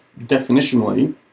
definitionally